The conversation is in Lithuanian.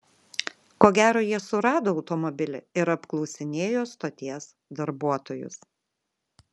ko gero jie surado automobilį ir apklausinėjo stoties darbuotojus